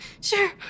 Sure